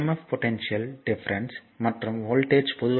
இந்த E M F potential difference மற்றும் voltage